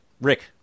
Rick